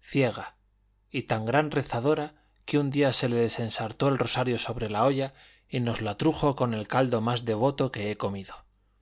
ciega y tan gran rezadora que un día se le desensartó el rosario sobre la olla y nos la trujo con el caldo más devoto que he comido